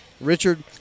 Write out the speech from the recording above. richard